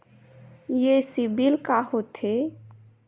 ये सीबिल का होथे?